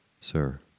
Sir